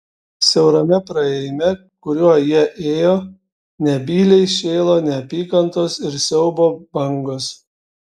siaurame praėjime kuriuo jie ėjo nebyliai šėlo neapykantos ir siaubo bangos